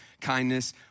kindness